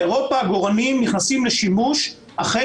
באירופה העגורנים נכנסים לשימוש אחרי